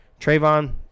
Trayvon